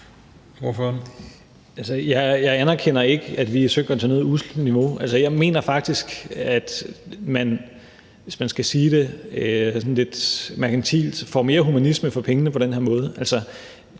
Jeg anerkender ikke, at vi synker til noget usselt niveau. Jeg mener faktisk, at man, hvis man skal sige det sådan lidt merkantilt, får mere humanisme for pengene på den her måde.